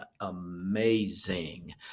amazing